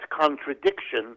contradiction